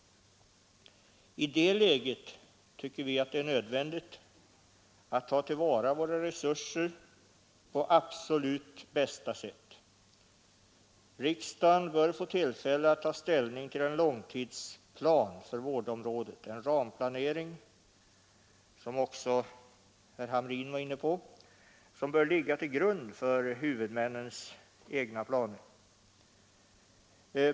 I det läget tycker jag att det är nödvändigt att ta till vara våra resurser på absolut bästa sätt. Riksdagen bör få tillfälle att ta ställning till en långtidsplan för vårdområdet, en ramplanering som också herr Hamrin var inne på och som bör ligga till grund för huvudmännens egna planer.